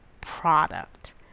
product